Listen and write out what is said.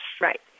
Right